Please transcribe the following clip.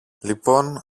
λοιπόν